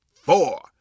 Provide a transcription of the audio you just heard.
four